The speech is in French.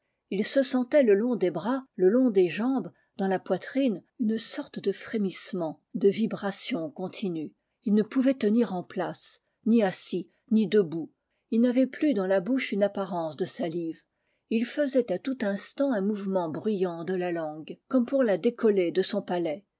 ii se sentait le long des bras le long des jambes dans la poitrine une sorte de frémissement de vibration continue il ne pouvait tenir en place ni assis ni debout ii n'avait plus dans la bouche une apparence de salive et il faisait à tout instant un mouvement bruyant de la langue comme pour la décoller de son palais